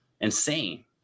insane